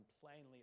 plainly